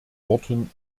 worten